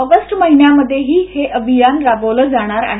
August महिन्यातही हे अभियान राबवलं जाणार आहे